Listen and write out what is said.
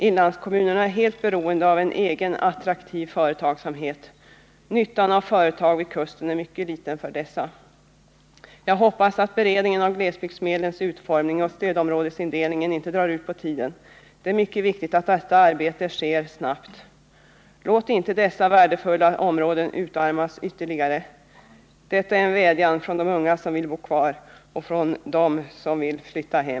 Inlandskommunerna är helt beroende av en egen attraktiv företagsamhet. Nyttan av företag vid kusten är mycket liten för dessa. Jag hoppas att beredningen av glesbygdsmedlens utformning och stödområdesindelningen inte drar ut på tiden. Det är mycket viktigt att detta arbete sker snabbt. Låt inte dessa värdefulla områden utarmas ytterligare! Detta är en vädjan från de unga som vill bo kvar och från dem som vill flytta hem.